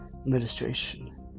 administration